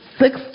six